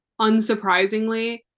unsurprisingly